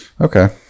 Okay